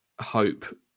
hope